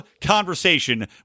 conversation